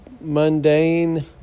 mundane